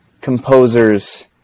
composers